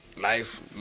life